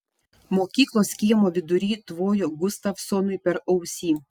mokyklos kiemo vidury tvojo gustavsonui per ausį